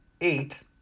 eight